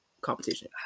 competition